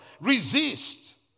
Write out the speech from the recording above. Resist